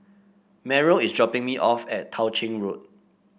Meryl is dropping me off at Tao Ching Road